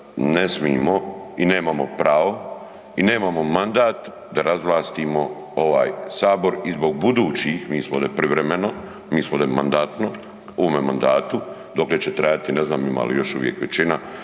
ne smijemo i nemamo pravo i nemamo mandat da razvlastimo ovaj Sabor i zbog budućih, mi smo ovdje privremeno, mi smo ovdje mandatno, u ovome mandatu, dokle će trajati, ne znam ima li još uvijek većina